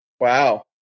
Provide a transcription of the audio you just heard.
Wow